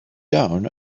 down